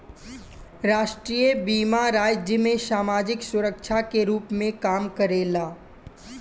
राष्ट्रीय बीमा राज्य में सामाजिक सुरक्षा के रूप में काम करेला